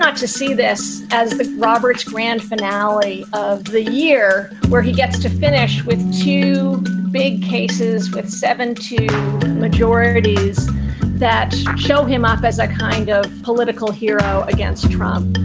ah to see this as robert's grand finale of the year, where he gets to finish with two big cases, with seventy majorities that show him off as a kind of political hero against trump